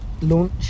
launch